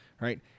right